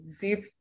deep